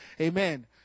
Amen